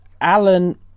Alan